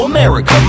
America